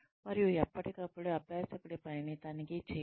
మరియు ఎప్పటికప్పుడు అభ్యాసకుడి పనిని తనిఖీ చేయండి